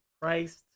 christ